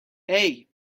hey